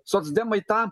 socdemai tą